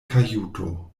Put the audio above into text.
kajuto